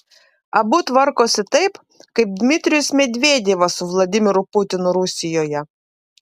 abu tvarkosi taip kaip dmitrijus medvedevas su vladimiru putinu rusijoje